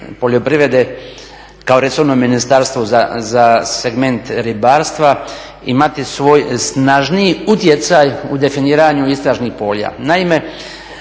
poljoprivrede kao resorno ministarstvo za segment ribarstva imati svoj snažniji utjecaj u definiranju istražnih polja.